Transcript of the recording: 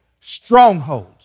strongholds